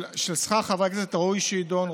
שכר חברי הכנסת ראוי שיידון,